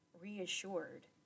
reassured